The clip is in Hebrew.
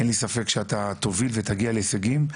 אין לי ספק שאתה תוביל ותגיע להישגים.